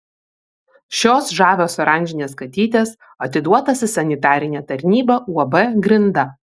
šios žavios oranžinės katytės atiduotos į sanitarinę tarnybą uab grinda